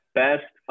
best